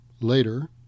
later